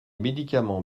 médicaments